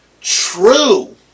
true